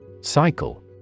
Cycle